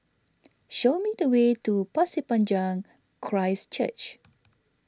show me the way to Pasir Panjang Christ Church